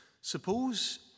Suppose